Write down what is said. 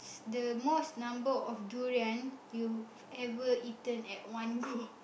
the most number of durian you ever eaten at one go